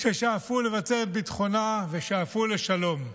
ששאפו לבצר את ביטחונה ושאפו לשלום: